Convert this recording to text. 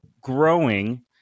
growing